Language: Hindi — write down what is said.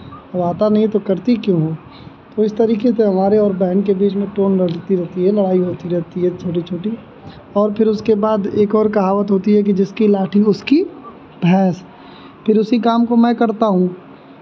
और आता नहीं है तो करती क्यों हो तो इस तरीके से हमारे और बहन के बीच में टोन बदलती रहती है लड़ाई होती रहती है छोटी छोटी और फिर उसके बाद एक और कहावत होती है कि जिसकी लाठी उसकी भैंस फिर उसी काम को मैं करता हूँ